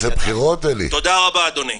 תודה רבה, אדוני.